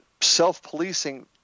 self-policing